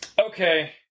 Okay